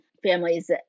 families